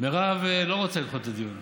ומרב לא רוצה לדחות את הדיון.